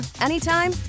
anytime